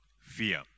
fear